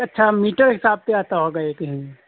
अच्छा मीटर हिसाब से आता होगा एक ही में